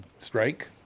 strike